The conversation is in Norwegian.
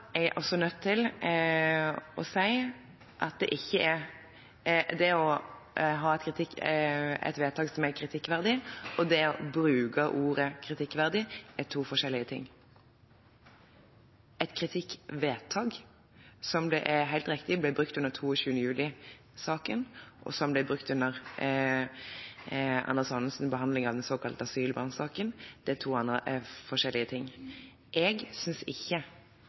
Jeg er også nødt til å si at det å ha et vedtak som er kritikkverdig, og det å bruke ordet «kritikkverdig», er to forskjellige ting. Et kritikkvedtak, som helt riktig ble brukt under 22. juli-saken, og det som Anders Anundsen brukte under behandlingen av den såkalte asylbarnsaken, er to helt forskjellige ting. Jeg synes ikke